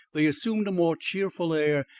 they assumed a more cheerful air,